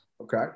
Okay